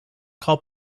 call